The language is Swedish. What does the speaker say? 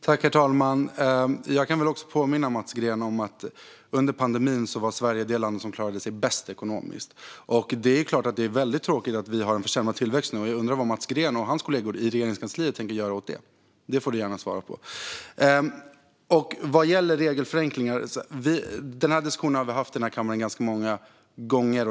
Herr talman! Jag kan påminna Mats Green om att Sverige under pandemin var det land som klarade sig bäst ekonomiskt. Det är klart att det är väldigt tråkigt att vi har en försämrad tillväxt nu, och jag undrar vad Mats Green och hans kollegor i Regeringskansliet tänker göra åt det. Det får han gärna svara på. Vad gäller regelförenklingar har vi haft denna diskussion i denna kammare ganska många gånger.